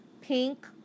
pink